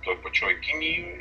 toj pačioj kinijoj